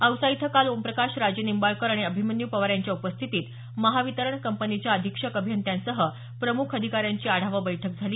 औसा इथं काल ओमप्रकाश राजेनिंबाळकर आणि अभिमन्यू पवार यांच्या उपस्थितीत महावितरण कंपनीच्या अधिक्षक अभियंत्यांसह प्रमुख अधिकाऱ्यांची आढावा बैठक झाली